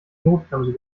notbremse